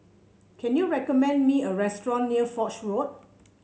can you recommend me a restaurant near Foch Road